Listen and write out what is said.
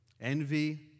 Envy